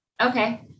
Okay